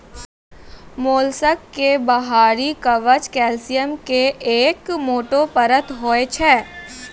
mollusc के बाहरी कवच कैल्सियम के एक मोटो परत होय छै